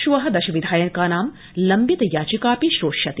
श्व स्श विधायकानां लम्बित याचिकापि श्रोष्यति